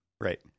right